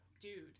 dude